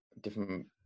different